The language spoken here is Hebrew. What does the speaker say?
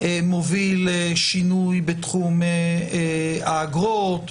מוביל שינוי בתחום האגרות.